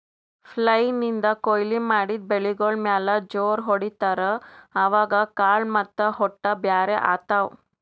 flail ನಿಂದ್ ಕೊಯ್ಲಿ ಮಾಡಿದ್ ಬೆಳಿಗೋಳ್ ಮ್ಯಾಲ್ ಜೋರ್ ಹೊಡಿತಾರ್, ಅವಾಗ್ ಕಾಳ್ ಮತ್ತ್ ಹೊಟ್ಟ ಬ್ಯಾರ್ ಆತವ್